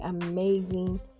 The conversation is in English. amazing